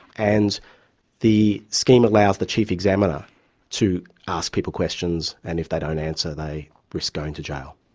and the scheme allows the chief examiner to ask people questions, and if they don't answer they risk going to jail.